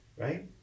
Right